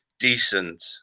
decent